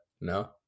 no